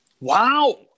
Wow